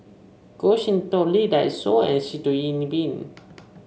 Goh Sin Tub Lee Dai Soh and Sitoh Yih Pin